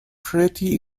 petty